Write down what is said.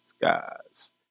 guys